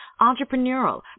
entrepreneurial